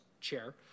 chair